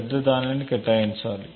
పెద్దదానిని కేటాయించాలి